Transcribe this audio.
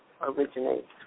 originates